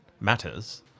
matters